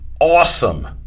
awesome